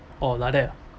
oh like that ah